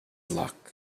luck